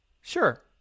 Sure